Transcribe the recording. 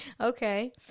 Okay